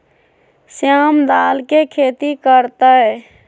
श्याम दाल के खेती कर तय